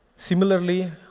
similarly,